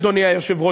אדוני היושב-ראש,